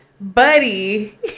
buddy